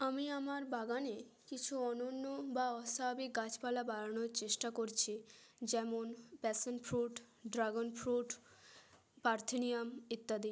আমি আমার বাগানে কিছু অনন্য বা অস্বাভাবিক গাছপালা বাড়ানোর চেষ্টা করছি যেমন প্যাশনফ্রুট ড্রাগনফ্রুট পার্থেনিয়াম ইত্যাদি